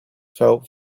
felt